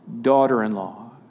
daughter-in-law